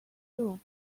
room